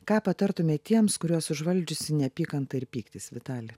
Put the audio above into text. ką patartumėt tiems kuriuos užvaldžiusi neapykanta ir pyktis vitali